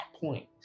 point